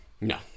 No